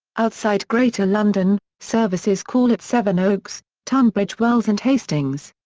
outside greater london, services call at sevenoaks, tunbridge wells and hastings.